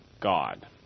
God